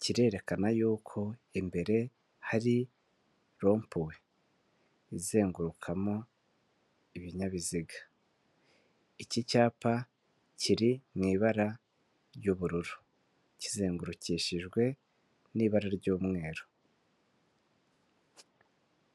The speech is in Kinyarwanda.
kirerekana y'uko imbere hari rompoe izengurukamo ibinyabiziga iki cyapa kiri mu ibara ry'ubururu kizengurukishijwe n'ibara ry'umweru.